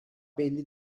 belli